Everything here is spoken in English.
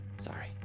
sorry